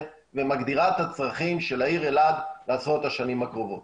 ומגדירה את הצרכים של העיר אלעד לעשרות השנים הקרובות,